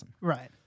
Right